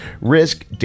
risk